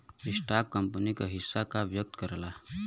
stock company क हिस्सा का व्यक्त करला